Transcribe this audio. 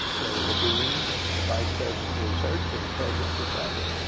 there were the deans, the vice president for research, and the president presided.